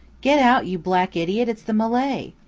get out, you black idiot it's the malay.